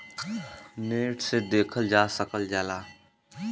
net से देखल जा सकल जाला